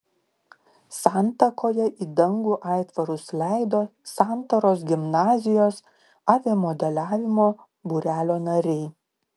santakoje į dangų aitvarus leido santaros gimnazijos aviamodeliavimo būrelio nariai